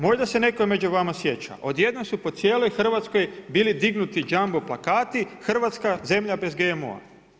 Možda se netko među vama sjeća, odjednom su po cijeloj Hrvatskoj bili dignuti jumbo plakati, Hrvatska zemlja bez GMO.